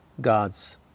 God's